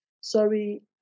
sorry